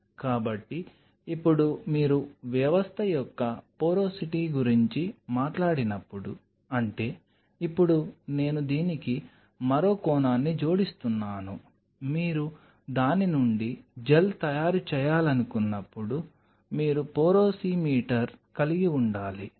కాబట్టి ఇప్పుడు మీరు వ్యవస్థ యొక్క పోరోసిటీ గురించి మాట్లాడినప్పుడు అంటే ఇప్పుడు నేను దీనికి మరో కోణాన్ని జోడిస్తున్నాను మీరు దాని నుండి జెల్ తయారు చేయాలనుకున్నప్పుడు మీరు పోరోసిమీటర్ కలిగి ఉండాలి